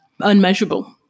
unmeasurable